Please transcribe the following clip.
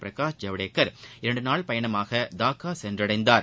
பிரகாஷ் ஜவடேகர் இரண்டுநாள் பயணமாக டாக்கா சென்றடைந்தார்